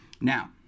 Now